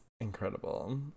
incredible